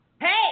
Hey